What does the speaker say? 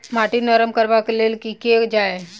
माटि नरम करबाक लेल की केल जाय?